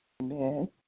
Amen